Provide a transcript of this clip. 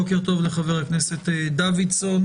בוקר טוב לחבר הכנסת דוידסון.